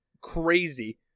crazy